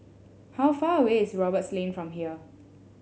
how far away is Roberts Lane from here